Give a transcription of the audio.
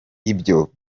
ibyo